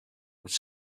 was